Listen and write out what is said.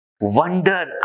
wonder